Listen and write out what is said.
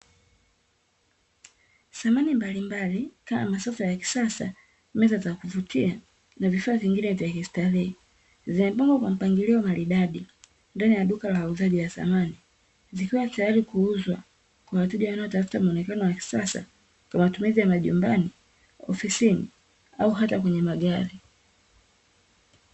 Samani mbalimbali kama: masofa ya kisasa, meza za kuvutia na vifaa vingine vya kistarehe; zimepangwa kwa mpangilio maridadi ndani ya duka la wauzaji wa samani. Zikiwa tayari kuuzwa kwa wateja wanaotafuta mwonekano wa kisasa kwa matumizi ya:: majumbani, ofisini au hata kwenye magari.